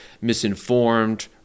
misinformed